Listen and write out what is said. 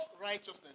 righteousness